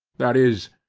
that is,